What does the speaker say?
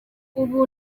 ubu